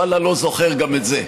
ואללה, לא זוכר גם את זה,